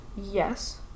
Yes